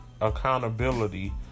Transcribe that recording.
accountability